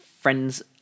friends